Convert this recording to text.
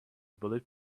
bullet